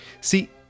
See